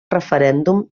referèndum